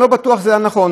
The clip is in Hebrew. ואני לא בטוח שזה היה נכון.